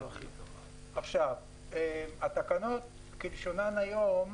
עכשיו, התקנות כלשונן היום,